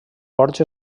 ports